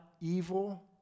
evil